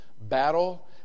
battle